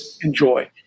enjoy